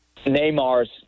Neymar's